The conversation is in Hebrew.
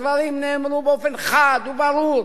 הדברים נאמרו באופן חד וברור,